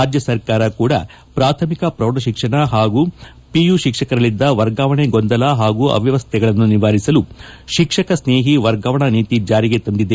ರಾಜ್ಯ ಸರ್ಕಾರ ಕೂಡ ಪ್ರಾಥಮಿಕ ಪ್ರೌಢಶಿಕ್ಷಣ ಹಾಗೂ ಪಿಯು ಶಿಕ್ಷಕರಲ್ಲಿದ್ದ ವರ್ಗಾವಣೆ ಗೊಂದಲ ಹಾಗೂ ಅವ್ಯವಸ್ಥೆಗಳನ್ನು ನಿವಾರಿಸಲು ಶಿಕ್ಷಕ ಸ್ನೇಹಿ ವರ್ಗಾವಣಾ ನೀತಿ ಜಾರಿಗೆ ತಂದಿದೆ